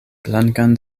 blankan